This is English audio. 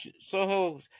Soho